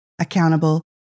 accountable